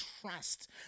trust